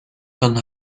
von